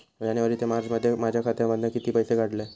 जानेवारी ते मार्चमध्ये माझ्या खात्यामधना किती पैसे काढलय?